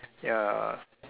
ya